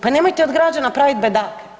Pa nemojte od građana praviti bedake.